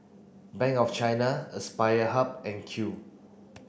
Bank of China Aspire Hub and Qoo